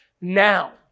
now